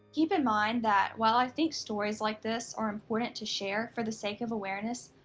keep in mind that, while i think stories like this are important to share for the sake of awareness,